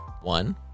one